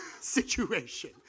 situation